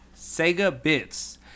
SegaBits